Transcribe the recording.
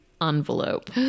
envelope